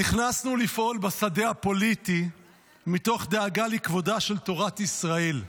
נכנסנו לפעול בשדה הפוליטי מתוך דאגה לכבודה של תורת ישראל.